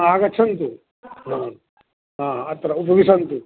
आगच्छन्तु अत्र उपविशन्तु